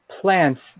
Plants